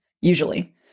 usually